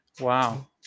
Wow